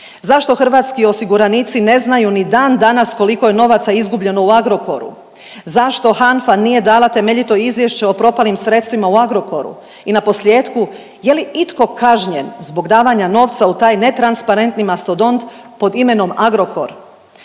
Zašto hrvatski osiguranici ne znaju ni dandanas koliko je novaca izgubljeno u Agrokoru? Zašto HANFA nije dala temeljito izvješće o propalim sredstvima u Agrokoru? I naposljetku, je li itko kažnjen zbog davanja novca u taj netransparentni mastodont pod imenom Agrokor?